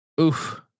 Oof